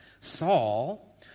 Saul